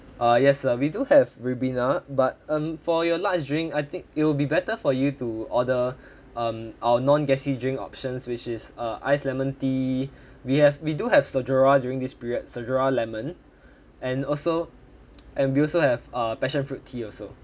uh yes sir we do have Ribena but um for your large drink I think it'll be better for you to order um our non-gassy drink options which is uh iced lemon tea we have we do have sjora during this period sjora lemon and also and we also have uh passion fruit tea also